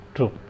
True